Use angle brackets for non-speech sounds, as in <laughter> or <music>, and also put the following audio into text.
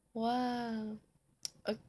!wah! <noise>